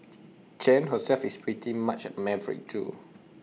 Chen herself is pretty much A maverick too